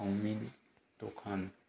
chowmein दखान